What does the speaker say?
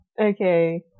Okay